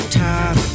time